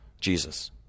Jesus